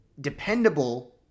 dependable